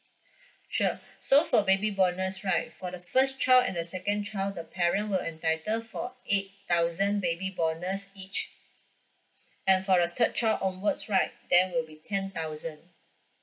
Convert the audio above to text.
sure so for baby bonus right for the first child and the second child the parent will entitle for eight thousand baby bonus each and for the third child onwards right then will be ten thousand